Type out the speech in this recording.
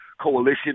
Coalition